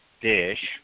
dish